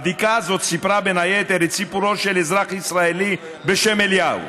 הבדיקה הזאת סיפרה בין היתר את סיפורו של אזרח ישראלי בשם אליהו.